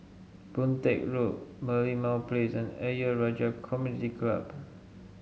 Boon Teck Road Merlimau Place and Ayer Rajah Community Club